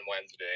Wednesday